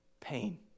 pain